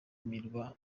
mirwano